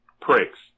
pricks